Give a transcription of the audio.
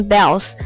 Bells